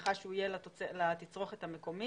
בהנחה שהוא יהיה לתצרוכת המקומית,